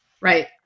right